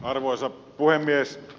arvoisa puhemies